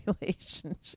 relationship